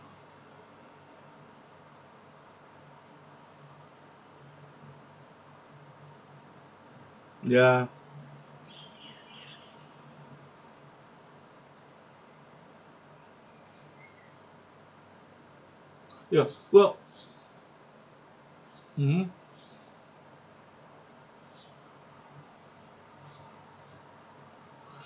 ya yes well mmhmm